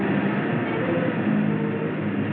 this